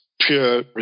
pure